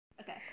Okay